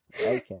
Okay